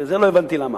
ולא הבנתי למה.